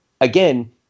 again